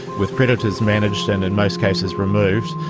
with predators managed and in most cases removed,